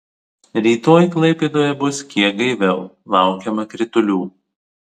rytoj klaipėdoje bus kiek gaiviau laukiama kritulių